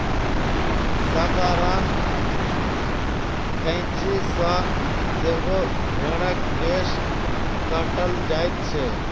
साधारण कैंची सॅ सेहो भेंड़क केश काटल जाइत छै